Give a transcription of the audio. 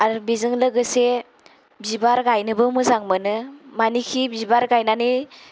आरो बिजों लोगोसे बिबार गायनोबो मोजां मोनो मानोखि बिबार गायनानै